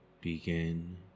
Begin